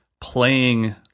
playing